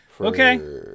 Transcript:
Okay